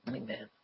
amen